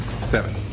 seven